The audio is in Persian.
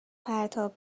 پرتاب